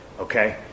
okay